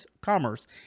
commerce